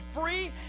free